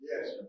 Yes